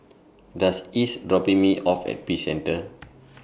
Doss IS dropping Me off At Peace Centre